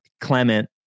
Clement